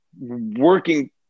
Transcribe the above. working